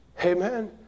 Amen